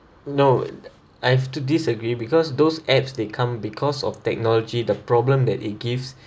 no I have to disagree because those apps they come because of technology the problem that it gives